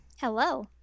Hello